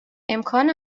امکان